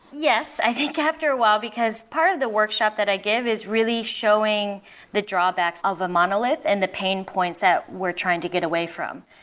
yes, i think after a while, because part of the workshop that i give is really showing the drawbacks of a monolith and the pain points that we're trying to get away from.